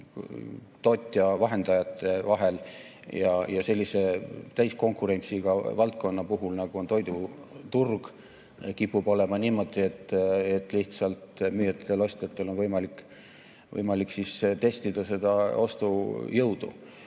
tootja ja vahendajate vahel. Sellise täiskonkurentsiga valdkonna puhul, nagu on toiduturg, kipub olema niimoodi, et lihtsalt müüjatel-ostjatel on võimalik seda ostujõudu